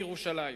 בירושלים: